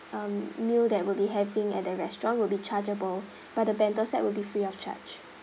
um meal that we'll be having at the restaurant will be chargeable but the bento set will be free of charge